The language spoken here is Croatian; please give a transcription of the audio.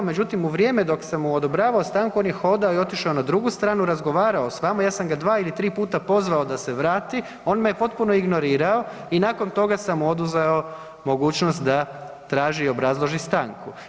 Međutim, u vrijeme dok sam mu odobravao stanku on je hodao i otišao na drugu stranu, razgovarao s vama, ja sam ga dva ili tri puta pozvao da se vrati, on me je potpuno ignorirao i nakon toga sam mu oduzeo mogućnost da traži i obrazloži stanku.